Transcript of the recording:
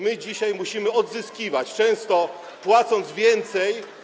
My dzisiaj musimy je odzyskiwać, często płacąc więcej.